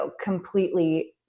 completely